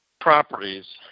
properties